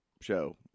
show